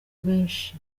benshi